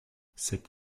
cette